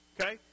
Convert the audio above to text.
Okay